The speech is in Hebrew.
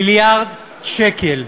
מיליארד שקל,